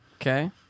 Okay